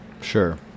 Sure